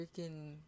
freaking